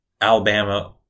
Alabama